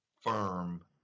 firm